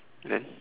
then